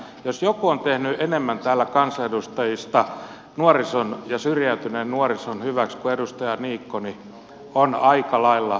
jos joku on tehnyt enemmän täällä kansanedustajista syrjäytyneen nuorison hyväksi kuin edustaja niikko niin on aika lailla